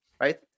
Right